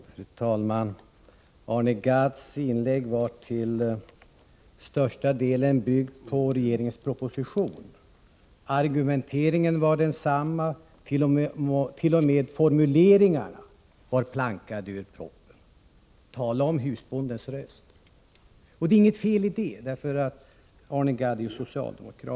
Fru talman! Arne Gadds inlägg var till största delen byggt på regeringens proposition. Argumenteringen var densamma, formuleringarna var t.o.m. ”plankade ur proppen”. Tala om husbondens röst! Det är inget fel i det, för Arne Gadd är ju socialdemokrat.